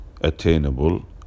attainable